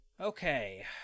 Okay